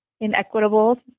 inequitable